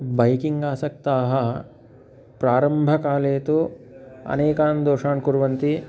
बैकिंग् आसक्ताः प्रारम्भकाले तु अनेकान् दोषान् कुर्वन्ति